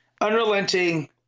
unrelenting